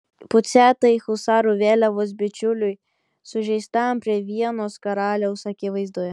puciatai husarų vėliavos bičiuliui sužeistam prie vienos karaliaus akivaizdoje